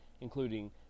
Including